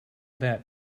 that